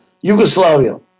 Yugoslavia